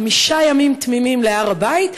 חמישה ימים תמימים להר הבית,